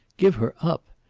give her up!